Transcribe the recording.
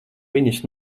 viņas